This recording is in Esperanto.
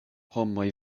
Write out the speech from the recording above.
homoj